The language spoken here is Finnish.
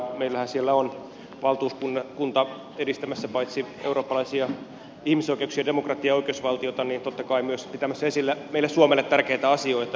meillähän siellä on valtuuskunta paitsi edistämässä eurooppalaisia ihmisoikeuksia demokratiaa ja oikeusvaltiota myös totta kai pitämässä esillä meille suomelle tärkeitä asioita